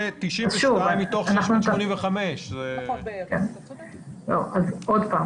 זה מתוך 685,000. אז עוד פעם